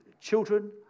children